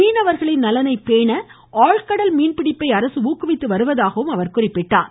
மீனவர்களின் நலனை பேண ஆழ்கடல் மீன்பிடிப்பை அரசு ஊக்குவித்து வருவதாகக் குறிப்பிட்டார்